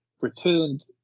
returned